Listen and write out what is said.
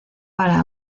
para